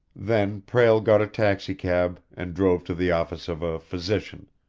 then prale got a taxicab, and drove to the office of a physician,